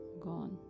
gone